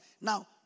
now